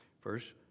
First